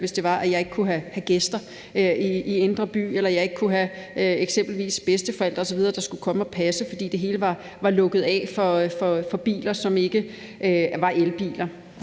hvis det var, at jeg ikke kunne have gæster i indre by, eller hvis jeg ikke kunne have eksempelvis bedsteforældre osv., der skulle komme og passe, fordi det hele var lukket af for biler, som ikke var elbiler.